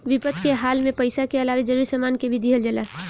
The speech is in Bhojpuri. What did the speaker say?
विपद के हाल में पइसा के अलावे जरूरी सामान के भी दिहल जाला